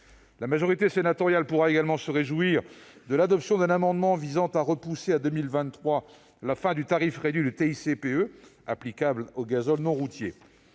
La majorité sénatoriale pourra également se réjouir du succès d'un amendement visant à reporter à 2023 la fin du tarif réduit de TICPE applicable au gazole non routier.